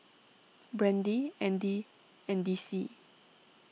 Brandie Andy and Dicie